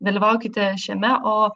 dalyvaukite šiame o